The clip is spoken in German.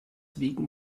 wegen